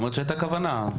את אומרת שהייתה כוונה.